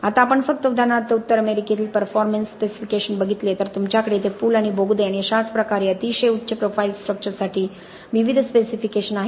आता आपण फक्त उदाहरणार्थ उत्तर अमेरिकेतील परफॉर्मेंस स्पेसिफिकेशन बघितले तर तुमच्याकडे येथे पूल आणि बोगदे आणि अशाच प्रकारे अतिशय उच्च प्रोफाइल स्ट्रक्चर साठी विविध स्पेसिफिकेशन आहेत